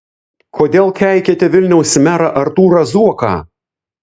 kodėl keikiate vilniaus merą artūrą zuoką